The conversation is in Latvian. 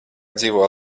dzīvo